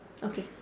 okay